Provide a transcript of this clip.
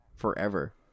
Forever